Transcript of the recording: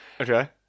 Okay